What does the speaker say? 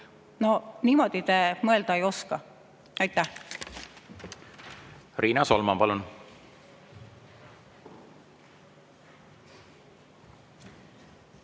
no niimoodi te mõelda ei oska. Aitäh! Riina Solman, palun!